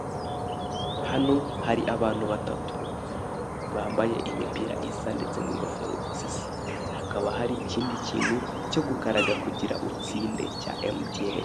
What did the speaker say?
Hano hari abantu batatu. Bambaye imipira isa ndetse n'ingofero zisa. Hakaba hari ikindi kintu cyo gukaraga kurira utsinde. Cya emutiyeni.